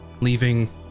leaving